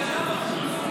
לא, שלמה, יש הפגנה בחוץ.